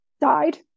died